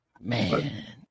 Man